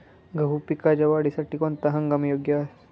गहू पिकाच्या वाढीसाठी कोणता हंगाम योग्य असतो?